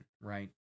right